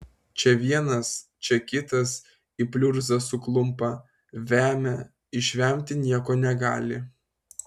čia vienas čia kitas į pliurzą suklumpa vemia išvemti nieko negali